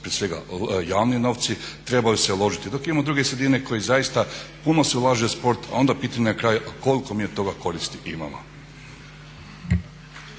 prije svega javni novci trebaju se uložiti, dok imaju druge sredine koje puno ulažu u sport, a onda pitanje na kraju koliko mi od toga koristi imamo?